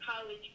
college